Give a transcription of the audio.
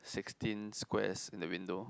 sixteen squares in the window